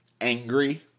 angry